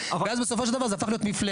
ואז בסופו של דבר זה הפך להיות מפלצת.